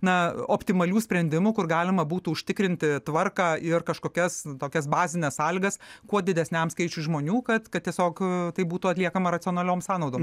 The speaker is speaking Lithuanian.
na optimalių sprendimų kur galima būtų užtikrinti tvarką ir kažkokias tokias bazines sąlygas kuo didesniam skaičiui žmonių kad kad tiesiog tai būtų atliekama racionaliom sąnaudom